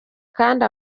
kandi